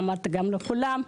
אמרתי גם לכולם.